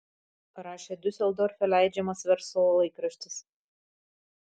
rašė diuseldorfe leidžiamas verslo laikraštis